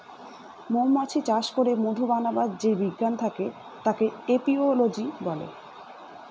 মৌমাছি চাষ করে মধু বানাবার যে বিজ্ঞান থাকে তাকে এপিওলোজি বলে